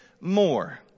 more